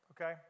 okay